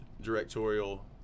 directorial